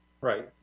Right